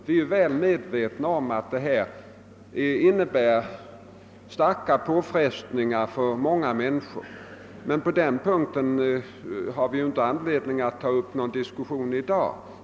Vi är väl medvetna om att den innebär starka påfrestningar för många människor, men på den punkten har vi inte anledning att ta upp någon diskussion i dag.